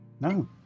No